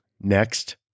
next